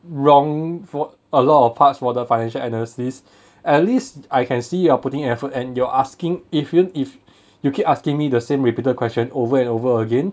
wrong for a lot of parts for the financial analysis at least I can see you are putting effort and you're asking if you if you keep asking me the same repeated question over and over again